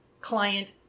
client